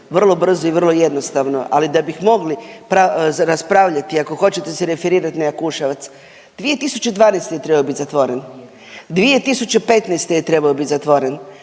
vrlo brzo i vrlo jednostavno. Ali da bih mogli raspravljati ako hoćete se referirat na Jakuševac, 2012. je trebao bit zatvoren, 2015. je trebao bit zatvoren,